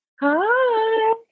Hi